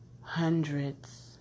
hundreds